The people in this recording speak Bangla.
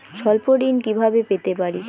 স্বল্প ঋণ কিভাবে পেতে পারি?